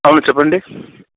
చెప్పండి